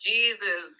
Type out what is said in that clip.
Jesus